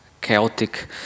chaotic